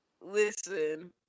Listen